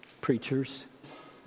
preachers